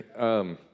Okay